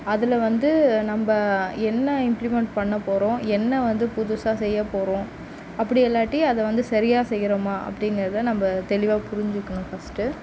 அதில் வந்து நம்ப என்ன இம்பிளிமெண்ட் பண்ண போகிறோம் என்ன வந்து புதுசாக செய்ய போகிறோம் அப்படி இல்லாட்டி அதை வந்து சரியாக செய்யறோமா அப்படிங்குறத நம்ப தெளிவாக புரிஞ்சுக்கணும் ஃபர்ஸ்ட்டு